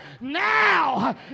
Now